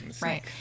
right